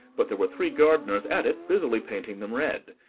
but there were three gardeners at it, busily painting them red.